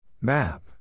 Map